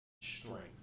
strength